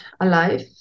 alive